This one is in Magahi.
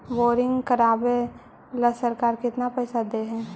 बोरिंग करबाबे ल सरकार केतना पैसा दे है?